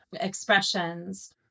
expressions